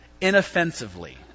inoffensively